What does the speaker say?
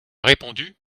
répondu